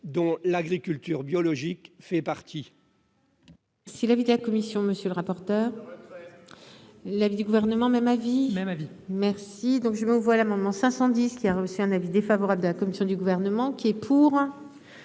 dont l'agriculture biologique fait partie.